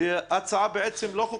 ההצעה לא חוקתית,